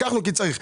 לקחנו כי צריך.